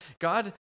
God